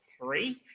three